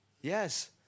Yes